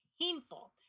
painful